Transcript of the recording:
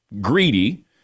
greedy